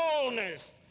boldness